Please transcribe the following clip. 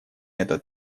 этот